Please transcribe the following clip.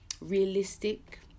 realistic